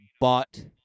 bought